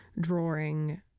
drawing